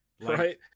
right